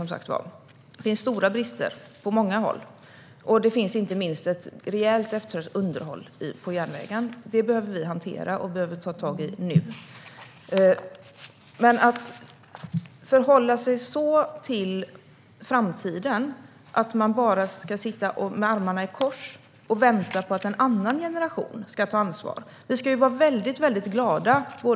Det finns stora brister på många håll, och inte minst underhållet av järnvägen är rejält eftersatt. Det behöver vi hantera och ta tag i nu. Men man kan inte förhålla sig så till framtiden att man bara ska sitta med armarna i kors och vänta på att en annan generation ska ta ansvar.